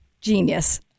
genius